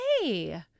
hey